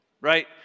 right